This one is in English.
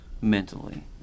mentally